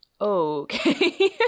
Okay